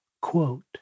Quote